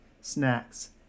snacks